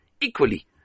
equally